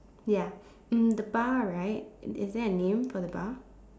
ya um the bar right is is there a name for the bar